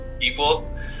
equal